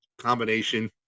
combination